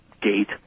gate